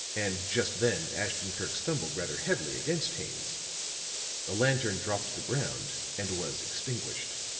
and just then ashton-kirk stumbled rather heavily against haines the lantern dropped to the ground and was extinguished.